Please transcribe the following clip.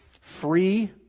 free